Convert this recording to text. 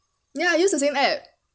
ya I use the same app